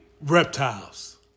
Reptiles